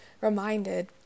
reminded